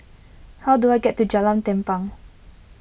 how do I get to Jalan Tampang